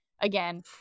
again